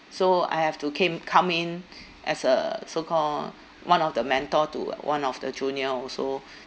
so I have to came come in as a so call one of the mentor to one of the junior also